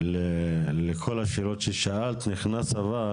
לכל השאלות ששאלת, נכנס אבל,